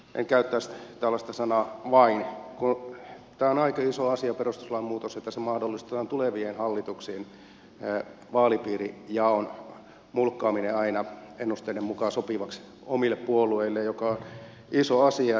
en käyttäisi tällaista sanaa vain kun tämä on aika iso asia perustuslain muutos että mahdollistetaan tulevien hallituksien vaalipiirijaon mulkkaaminen aina ennusteiden mukaan sopivaksi omille puolueille mikä on iso asia